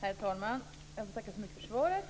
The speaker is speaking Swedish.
Herr talman! Jag får tacka så mycket för svaret.